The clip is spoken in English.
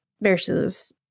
versus